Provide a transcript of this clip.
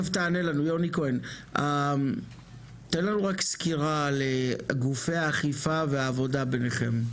לנו רק סקירה על גופי האכיפה והעבודה ביניכם.